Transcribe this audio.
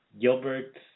Gilbert